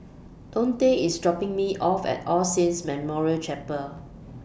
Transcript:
Dontae IS dropping Me off At All Saints Memorial Chapel